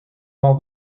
all